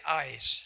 eyes